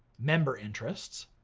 member interests,